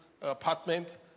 apartment